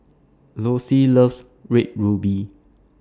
Lossie loves Red Ruby